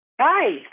Hi